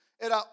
Era